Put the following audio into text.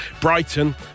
Brighton